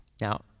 Now